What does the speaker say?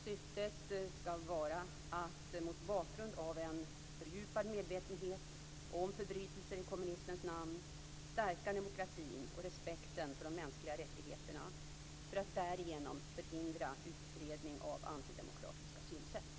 Syftet skall vara att, mot bakgrund av en fördjupad medvetenhet om förbrytelser i kommunismens namn, stärka demokratin och respekten för de mänskliga rättigheterna för att därigenom förhindra utbredning av antidemokratiska synsätt.